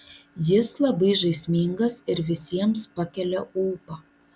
jis labai žaismingas ir visiems pakelia ūpą